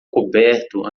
coberto